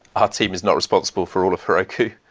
our team is not responsible for all of heroku.